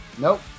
Nope